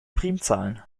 primzahlen